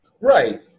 Right